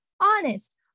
Honest